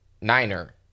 niner